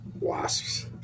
Wasps